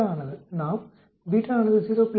ஆனது நாம் ஆனது 0